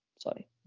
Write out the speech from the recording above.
Sorry